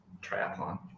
triathlon